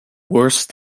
worst